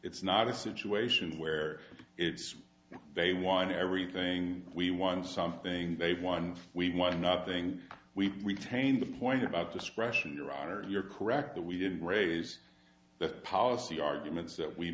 it's not a situation where it's they won everything we won something they won we won nothing we change the point about discretion your honor you're correct that we didn't raise the policy arguments that we